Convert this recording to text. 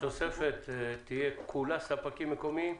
התוספת תהיה כולה ספקים מקומיים?